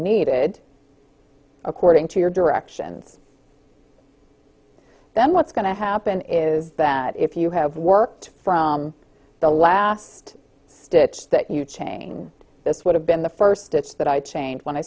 needed according to your directions then what's going to happen is that if you have worked from the last stitch that you chain this would have been the first it's that i changed when i